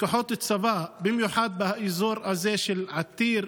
שכוחות צבא, במיוחד באזור הזה של יתיר,